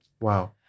Wow